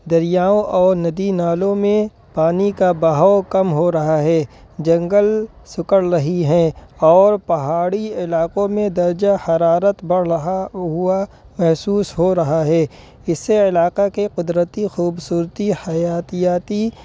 دریاؤں اور ندی نالوں میں پانی کا بہاؤ کم ہو رہا ہے جنگل سکڑ رہی ہے اور پہاڑی علاقوں میں درجہ حرارت بڑھ رہا ہوا محسوس ہو رہا ہے اس سے علاقہ کے قدرتی خوبصورتی حیاتیاتی